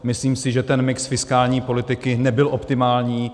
Myslím si, že ten mix fiskální politiky nebyl optimální.